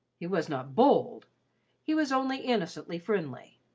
he was not bold he was only innocently friendly,